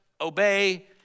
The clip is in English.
obey